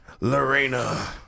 Lorena